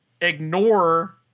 ignore